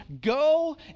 go